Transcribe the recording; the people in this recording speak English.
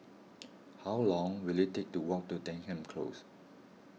how long will it take to walk to Denham Close